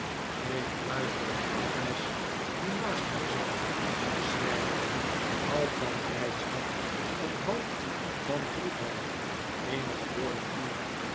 ik fluisterde agnes die naast mij zat te schreien half van blijdschap en half van droefheid eenige woorden toe